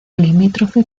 limítrofe